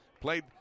played